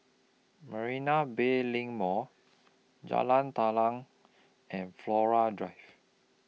Marina Bay LINK Mall Jalan Telang and Flora Drive